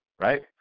right